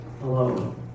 hello